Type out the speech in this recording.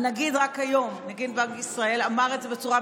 רק היום נגיד בנק ישראל אמר את זה בצורה ברורה,